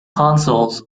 consuls